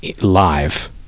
live